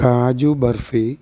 kaju barfi